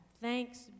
Thanks